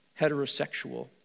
heterosexual